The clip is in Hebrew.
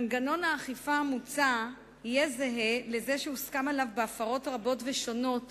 מנגנון האכיפה המוצע יהיה זהה לזה שהוסכם עליו בהפרות רבות ושונות